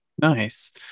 Nice